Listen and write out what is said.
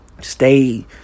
Stay